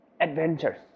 adventures